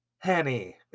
Henny